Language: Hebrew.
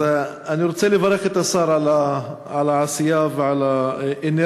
אז אני רוצה לברך את השר על העשייה ועל האנרגיה